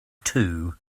too